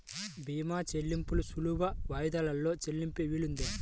భీమా చెల్లింపులు సులభ వాయిదాలలో చెల్లించే వీలుందా?